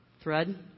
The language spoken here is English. Thread